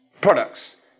products